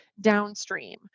downstream